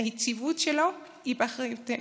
היציבות שלו היא באחריותנו,